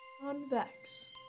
Convex